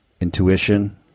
intuition